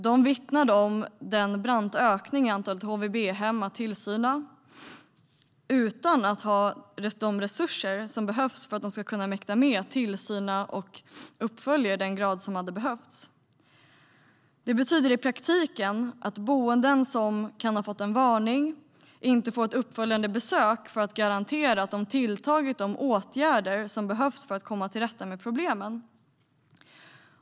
De vittnade om den branta ökningen i antalet HVB-hem att utöva tillsyn över utan att ha de resurser som de behöver för att kunna mäkta med att utöva tillsyn och följa upp i den grad som hade behövts. Det betyder i praktiken att boenden som kan ha fått en varning inte får ett uppföljande besök för att garantera att de vidtagit de åtgärder som behövs för att komma tillrätta med problemen.